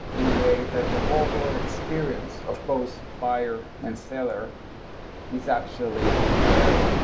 in a way that the overall experience of both buyer and seller is actually better.